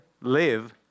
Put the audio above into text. live